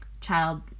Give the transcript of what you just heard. child